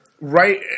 right